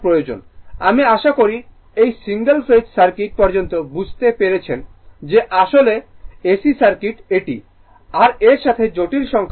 আমি আশা করি এই সিঙ্গেল ফেজ সার্কিট পর্যন্ত বুঝতে পেরেছেন যে আসলে AC সার্কিট এটি r এর সাথে জটিল সংখ্যা জড়িত